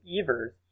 Evers